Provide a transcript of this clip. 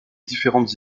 différentes